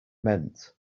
meant